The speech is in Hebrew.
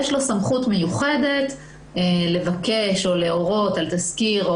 יש לו סמכות מיוחדת לבקש או להורות על תזכיר,